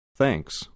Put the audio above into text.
Thanks